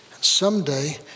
someday